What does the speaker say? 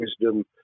wisdom